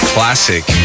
Classic